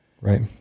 Right